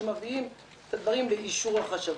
שמביאים את הדברים לאישור החשבות.